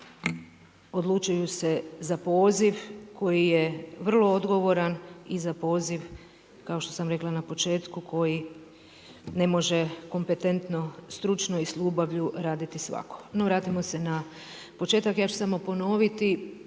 odlučuju se za poziv koji je vrlo odgovoran i za poziv kao što sam rekla na početku koji ne može kompetentno, stručno i s ljubavlju raditi svako. No, vratimo se na početak ja ću samo ponoviti,